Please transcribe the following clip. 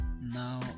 Now